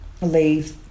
Leave